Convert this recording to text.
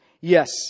yes